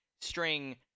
string